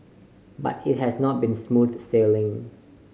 but it has not been smooth sailing